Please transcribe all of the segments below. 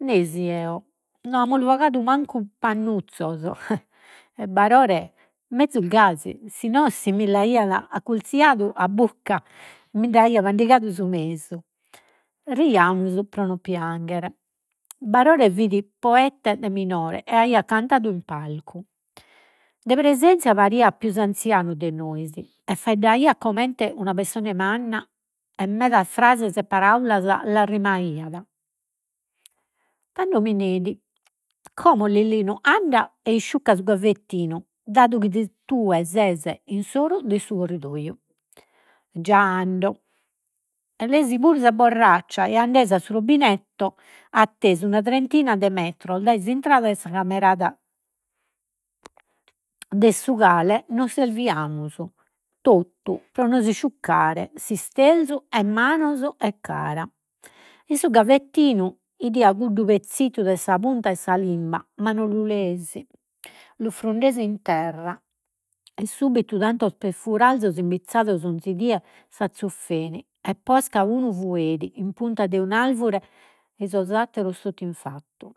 Nesi eo, no amus bogadu mancu pannuzzos e Barore, mezus gasi, si no lu aia accurziadu a bucca mind’aia mandigadu su mesu. pro no pianghere. Barore fit poeta dai minore e aiat cantadu in palcu. De presenzia pariat pius anzianu de nois, e faeddaiat comente una pessone manna, e medas frases e paraulas las rimaiat. Tando mi neit, como Lillinu anda e isciucca su gavettino dadu chi tue ses in s'oru de su corridoiu. Già ando, e leesi puru sa borraccia e andesi a su rubinetto, attesu una trentina de metros, dae s'intrada 'e sa camerata de su cale, nos serviamus totu pro nos isciuccare s'isterzu e manos e cara. In su gavettinu 'idio cuddu pezzittu de sa punta 'e sa limba, ma no lu leesi. Lu frundesi in terra, e subitu tantos perfurarzos imbizzados 'onzi die, s'azzuffein e posca unu fueit in punta de un'alvure ei sos atteros totu in fattu.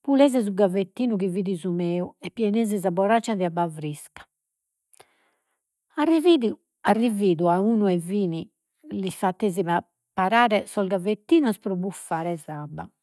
Pulesi su gavettino chi fit su meu e pienesi sa borraccia de abba frisca. arrividu a fin lis fattesi parare sos gavettinos pro buffare s'abba